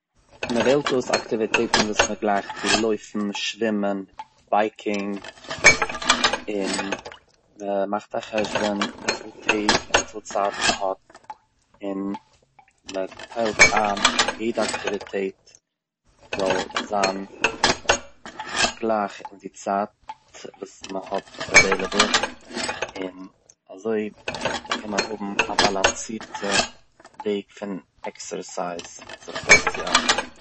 מ'וועלט אויס אקטיוויטעטן וואס מ'גלייכט ווי לויפן, שווימען, בייקינג, און מ'מאכט א חשבון וויפיל טעג און וויפיל צייט מ'האט, און מ'טיילט איין יעדע אקטיוויטעט זאל זיין גלייך אין די צייט וואס מ'האט עוועיליבל, און אזוי קען מען האבן א באלאנסירטע וועג פון עקסערסייז דיך אויס צוארבעטן.